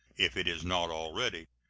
if it is not already,